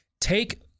take